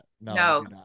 no